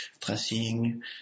tracing